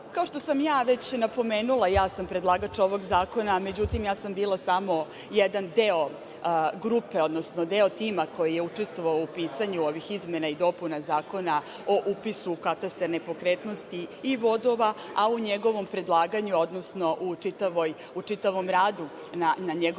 što sam već napomenula, ja sam predlagač ovog zakona. Međutim, ja sam bila samo jedan deo grupe, odnosno deo tima koji je učestvovao u pisanju ovih izmena i dopuna Zakona o upisu u katastar nepokretnosti i vodova, a u njegovom predlaganju, odnosno u čitavom radu na njegovoj